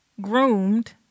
groomed